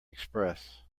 express